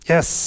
Yes